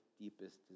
deepest